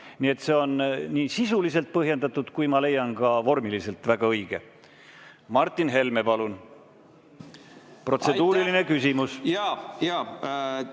Nii et see on nii sisuliselt põhjendatud kui ka, ma leian, vormiliselt väga õige. Martin Helme, palun! Protseduuriline küsimus.